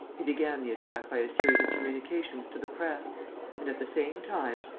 he began the attack by a series of communications to the press and, at the same time,